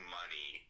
money